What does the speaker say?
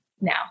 now